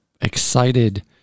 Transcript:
excited